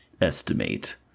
estimate